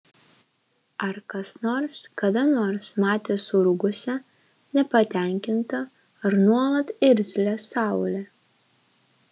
ar kas nors kada nors matė surūgusią nepatenkintą ar nuolat irzlią saulę